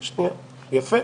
יפה,